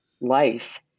life